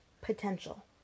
potential